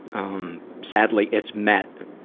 um, sadly it's met,